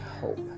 hope